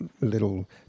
little